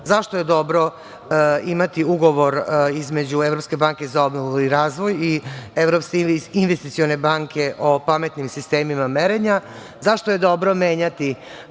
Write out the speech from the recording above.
je dobro imati ugovor između Evropske banke za obnovu i razvoj i Evropske investicione banke o pametnim sistemima merenja, zašto je dobro menjati